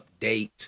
update